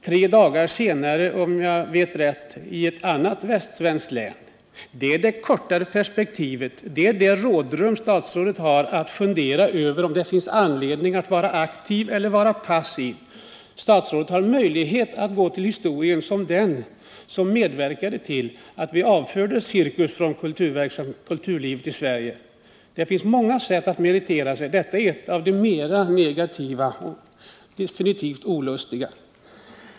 Tre dagar senare, om jag vet rätt, gäller det ett annat västsvenskt län. Det är det kortare perspektivet. Det är det rådrum statsrådet har för att fundera över om det finns anledning att vara aktiv eller passiv. Statsrådet har möjlighet att gå till historien som den som medverkade till att vi avförde cirkus från kulturlivet i Sverige. Det finns många sätt att meritera sig. Detta är ett av de mer negativa och definitivt olustiga.